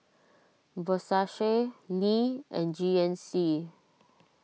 Versace Lee and G N C